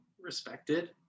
respected